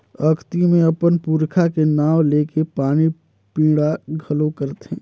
अक्ती मे अपन पूरखा के नांव लेके पानी पिंडा घलो करथे